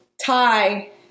tie